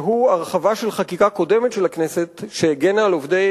שהוא הרחבה של חקיקה קודמת של הכנסת שהגנה על עובדי